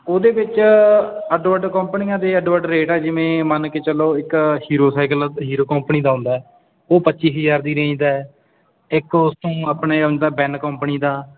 ਉਹਦੇ ਵਿੱਚ ਅੱਡੋ ਅੱਡ ਕੰਪਨੀਆਂ ਦੇ ਅੱਡੋ ਅੱਡ ਰੇਟ ਆ ਜਿਵੇਂ ਮੰਨ ਕੇ ਚਲੋ ਇੱਕ ਹੀਰੋ ਸਾਈਕਲ ਹੀਰੋ ਕੰਪਨੀ ਦਾ ਆਉਂਦਾ ਉਹ ਪੱਚੀ ਹਜ਼ਾਰ ਦੀ ਰੇਂਜ ਦਾ ਇੱਕ ਉਸ ਤੋਂ ਆਪਣੇ ਆਉਂਦਾ ਬੈਨ ਕੰਪਨੀ ਦਾ ਉਹ